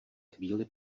chvíli